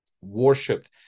worshipped